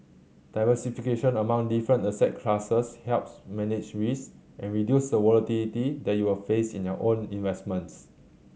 diversification among different asset classes helps manage risk and reduce the volatility that you will face in your investments